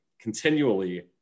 continually